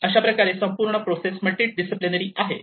अशा प्रकारे संपूर्ण प्रोसेस मल्टी डिसीप्लिनरी आहे